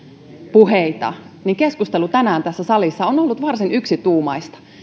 puheita keskustelu tänään tässä salissa on ollut varsin yksituumaista